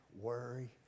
worry